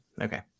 Okay